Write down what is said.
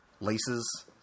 laces